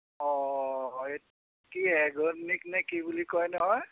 অঁ এই কি এগনিক নে কি বুলি কয় নহয়